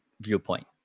viewpoint